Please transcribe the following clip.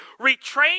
retrain